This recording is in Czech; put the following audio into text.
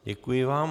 Děkuji vám.